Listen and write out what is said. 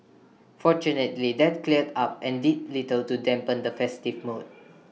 fortunately that cleared up and did little to dampen the festive mood